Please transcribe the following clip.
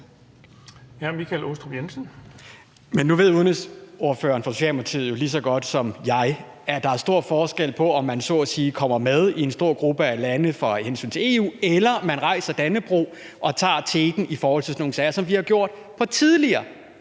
Men nu ved udenrigsordføreren for Socialdemokratiet jo lige så godt som mig, at der er stor forskel på, om man så at sige kommer med i en stor gruppe af lande, med hensyn til EU, eller om man rejser Dannebrog og tager teten i forhold til sådan nogle sager, som vi har gjort tidligere